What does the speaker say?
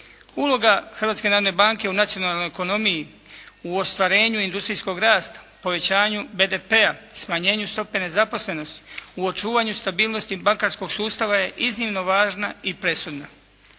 banke u nacionalnoj ekonomiji, u ostvarenju industrijskog rastu, povećanju BDP-a, smanjenju stope nezaposlenosti u očuvanju stabilnosti bankarskog sustava je iznimno važna i presudna.